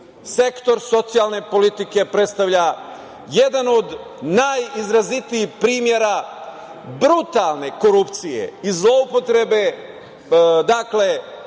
sektor socijalne politike predstavlja jedan od najizrazitijih primera brutalne korupcije i zloupotrebe